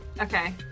Okay